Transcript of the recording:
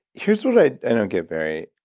here's what i i don't get, barry.